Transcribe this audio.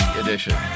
edition